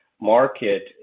market